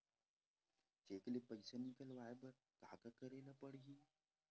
Cheque ले पईसा निकलवाय बर का का करे ल पड़हि?